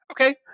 okay